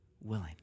willing